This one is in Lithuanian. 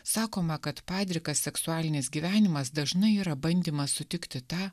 sakoma kad padrikas seksualinis gyvenimas dažnai yra bandymas sutikti tą